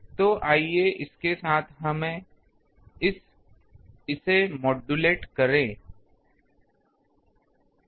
तो आइए इसके साथ हम इसे मॉड्यूलेट करें